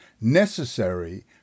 necessary